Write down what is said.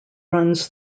runs